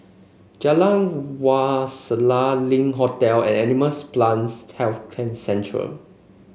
Jalan Wak Selat Link Hotel and Animals Plants Health Centre